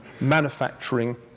manufacturing